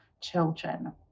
children